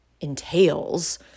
entails